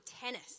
tennis